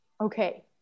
okay